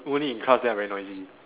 only in class then I very noisy